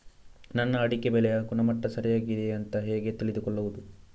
ನನ್ನ ಅಡಿಕೆ ಬೆಳೆಯ ಗುಣಮಟ್ಟ ಸರಿಯಾಗಿ ಇದೆಯಾ ಅಂತ ಹೇಗೆ ತಿಳಿದುಕೊಳ್ಳುವುದು?